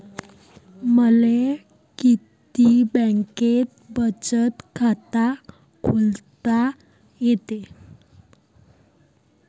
मले किती बँकेत बचत खात खोलता येते?